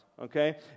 okay